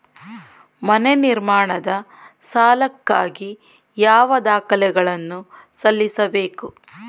ಮನೆ ನಿರ್ಮಾಣದ ಸಾಲಕ್ಕಾಗಿ ಯಾವ ದಾಖಲೆಗಳನ್ನು ಸಲ್ಲಿಸಬೇಕು?